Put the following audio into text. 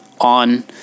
on